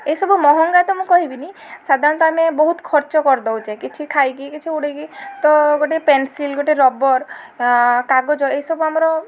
ଏ ସବୁ ମହଙ୍ଗା ତ ମୁଁ କହିବିନି ସାଧାରଣତଃ ଆମେ ବହୁତ ଖର୍ଚ୍ଚ କରିଦଉଛେ କିଛି ଖାଇକି କିଛି ଉଡ଼େଇକି ତ ଗୋଟେ ପେନସିଲ ଗୋଟେ ରବର ଆ କାଗଜ ଏଇସବୁ ଆମର